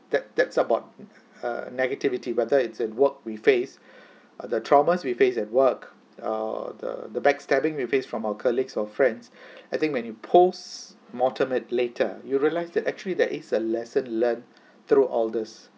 that that's about uh negativity whether it's at work we face uh the traumas we faced at work err the the backstabbing we face from our colleagues or friends I think when you postmortem it later you realise that actually there is a lesson learnt through all this